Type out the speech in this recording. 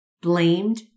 blamed